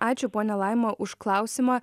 ačiū ponia laima už klausimą